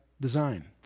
design